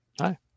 hi